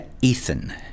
Ethan